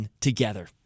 Together